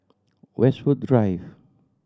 Westwood Drive